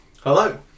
Hello